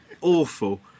awful